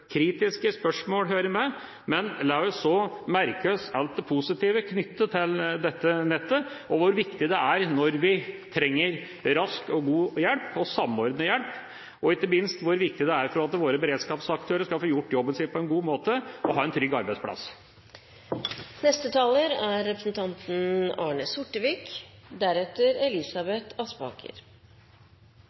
Kritiske spørsmål hører med, men la oss også merke oss alt det positive knyttet til dette nettet, og hvor viktig det er når vi trenger rask og god hjelp og samordnet hjelp – og ikke minst hvor viktig det er for at våre beredskapsaktører skal få gjort jobben sin på en god måte, og ha en trygg arbeidsplass. Representanten Hagebakken er